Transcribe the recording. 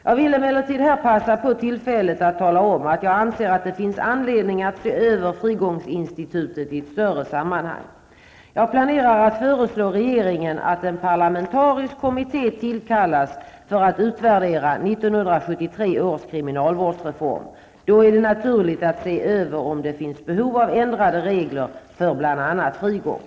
Jag vill emellertid här passa på tilfället att tala om att jag anser att det finns anledning att se över frigångsinstitutet i ett större sammanhang. Jag planerar att föreslå regeringen att en parlamentarisk kommitté tillkallas för att utvärdera 1973 års kriminalvårdsreform. Då är det naturligt att se över om det finns behov av ändrade regler för bl.a. frigång.